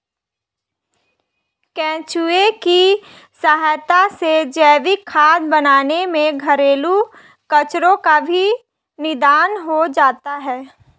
केंचुए की सहायता से जैविक खाद बनाने में घरेलू कचरो का भी निदान हो जाता है